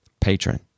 patron